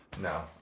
No